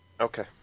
Okay